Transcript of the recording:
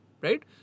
right